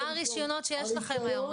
מה הרשיונות שיש לכם היום?